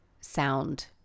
sound